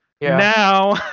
now